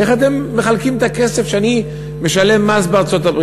איך אתם מחלקים את הכסף שאני משלם מס בארצות-הברית?